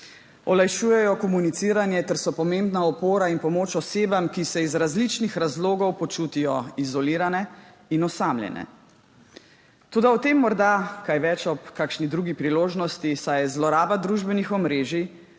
Olajšujejo komuniciranje ter so pomembna opora in pomoč osebam, ki se iz različnih razlogov počutijo izolirane in osamljene. Toda o tem morda kaj več ob kakšni drugi priložnosti, saj zloraba družbenih omrežij